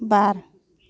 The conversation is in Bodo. बार